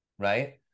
Right